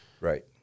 right